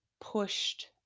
pushed